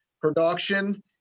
production